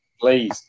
Please